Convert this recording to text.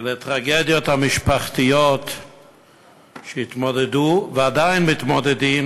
לטרגדיות המשפחתיות שהם התמודדו ועדיין מתמודדים